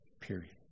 period